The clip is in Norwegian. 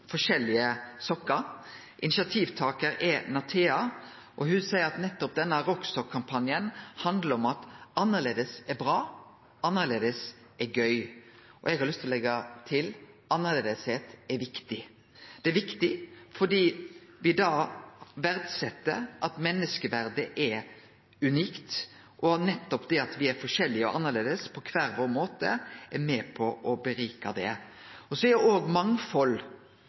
forskjellige sokkar. Initiativtakar er Nathea, og ho seier at denne Rockesokk-kampanjen handlar om at annleis er bra, annleis er gøy. Og eg har lyst til å leggje til: Annleisheit er viktig. Det er viktig fordi me da verdset at menneskeverdet er unikt, og at nettopp det at me er forskjellige og annleis på kvar vår måte, er med på å gjere det rikare. Mangfald er jo òg med på å gi ein ekstra kompetansebase, og